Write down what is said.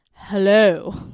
hello